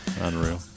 Unreal